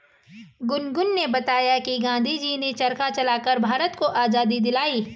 गुनगुन ने बताया कि गांधी जी ने चरखा चलाकर भारत को आजादी दिलाई